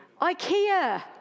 Ikea